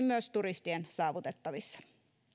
myös turistien saavutettavissa